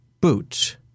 boot